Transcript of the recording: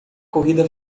corrida